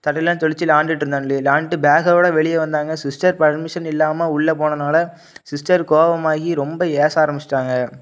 சட்டையெல்லாம் தொலைச்சு விளாயாண்டுட்டு இருந்தானுங்களே விளாயாண்ட்டு பேகோடய வெளியே வந்தாங்க சிஸ்டர் பர்மிஸ்ஷன் இல்லாமல் உள்ளே போனதுனால சிஸ்டருக்கு கோவமாகி ரொம்ப ஏசா ஆரம்பிச்சுடாங்க